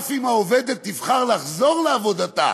אף אם העובדת תבחר לחזור לעבודתה